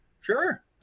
Sure